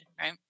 right